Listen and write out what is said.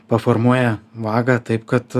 paformuoja vagą taip kad